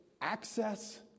access